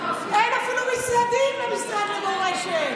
אין אפילו משרדים למשרד למורשת,